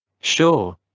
Sure